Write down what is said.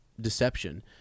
deception